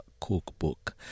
cookbook